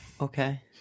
Okay